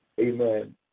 amen